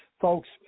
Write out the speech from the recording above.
Folks